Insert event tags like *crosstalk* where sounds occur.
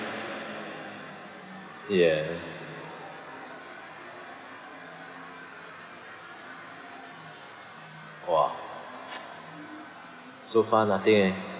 ya !wah! *noise* so far nothing eh